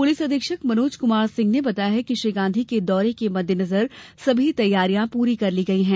police अधीक्षक मनोज कुमार सिंह ने बताया कि श्री गांधी के दौरे के मद्देनजर सभी तैयारियां कर ली गई हैं